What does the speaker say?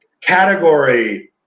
category